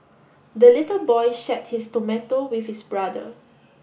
the little boy shared his tomato with his brother